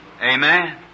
Amen